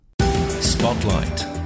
Spotlight